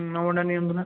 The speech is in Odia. ହୁଁ ନମ୍ବର୍ଟା ନିଅନ୍ତୁ ନା